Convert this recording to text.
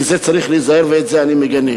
מזה צריך להיזהר, ואת זה אני מגנה.